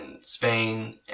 Spain